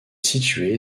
située